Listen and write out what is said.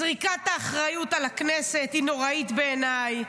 זריקת האחריות על הכנסת היא נוראית בעיניי.